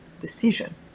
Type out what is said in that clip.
decision